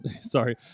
sorry